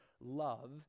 love